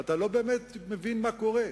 ואתה לא באמת מבין מה קורה.